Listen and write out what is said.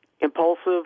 impulsive